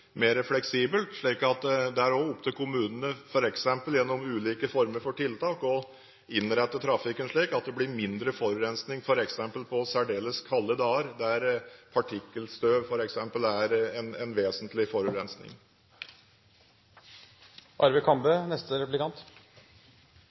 mer fleksibelt. Det er opp til kommunene gjennom ulike former for tiltak å innrette trafikken slik at det blir mindre forurensing f.eks. på særdeles kalde dager, der bl.a. partikkelstøv er en vesentlig